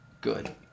good